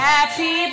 Happy